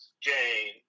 Jane